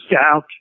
out